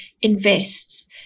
invests